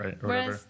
right